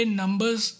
numbers